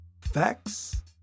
Facts